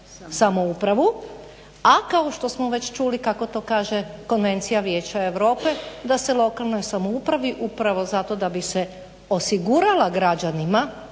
samoupravu, a kao što smo već čuli kako to kaže Konvencija Vijeća Europe da se lokalnoj samoupravi upravo da bi se osigurala građanima